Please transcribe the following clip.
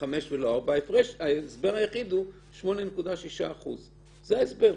5 ולא 4. ההסבר היחיד הוא 8.6%. זה ההסבר.